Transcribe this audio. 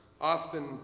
often